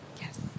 Yes